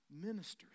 ministers